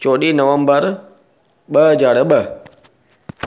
चोॾहीं नवंबर ॿ हज़ार ॿ